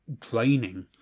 draining